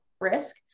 risk